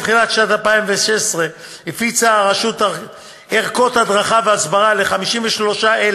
בתחילת שנת 2016 הפיצה הרשות ערכות הדרכה והסברה ל-53,000